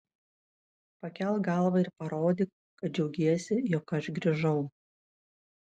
pakelk galvą ir parodyk kad džiaugiesi jog aš grįžau